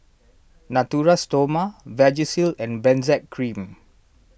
Natura Stoma Vagisil and Benzac Cream